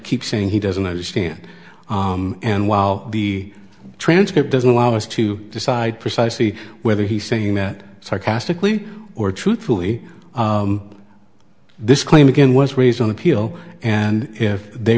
keep saying he doesn't understand and while the transcript doesn't allow us to decide precisely whether he's saying that sarcastically or truthfully this claim again was raised on appeal and if they